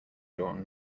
drawn